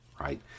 Right